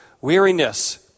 weariness